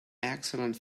excellent